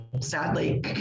sadly